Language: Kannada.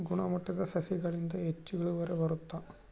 ಗುಣಮಟ್ಟ ಸಸಿಗಳಿಂದ ಹೆಚ್ಚು ಇಳುವರಿ ಬರುತ್ತಾ?